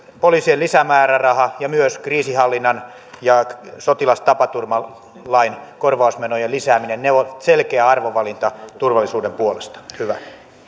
poliisien lisämääräraha ja myös kriisinhallinnan ja sotilastapaturmalain korvausmenojen lisääminen ovat selkeä arvovalinta turvallisuuden puolesta hyvä